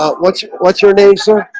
but what's what's your name, sir?